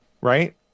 right